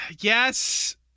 yes